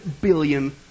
billion